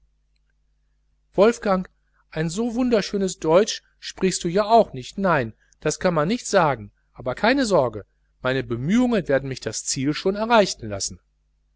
wolfgang ein so wunderschönes deutsch sprichst du ja auch nicht nein das kann man nicht sagen aber keine sorge meine bemühungen werden mich das ziel schon erreichen lassen